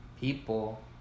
people